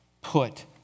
put